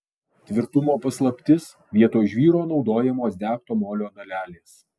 tvirtumo paslaptis vietoj žvyro naudojamos degto molio dalelės